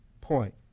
point